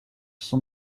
sont